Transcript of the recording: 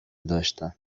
داشتم